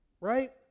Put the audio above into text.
right